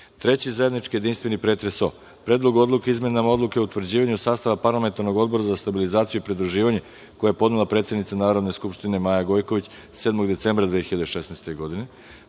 3. zajednički jedinstveni pretres o: Predlogu odluke o izmenama Odluke o utvrđivanju sastava Parlamentarnog odbora za stabilizaciju i pridruživanje, koji je podnela predsednica Narodne skupštine Maja Gojković 7. decembra 2016. godine,